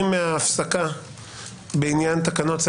בטרם נחזור מההפסקה בעניין חוק פסיקת ריבית והצמדה